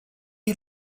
had